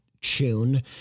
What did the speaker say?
tune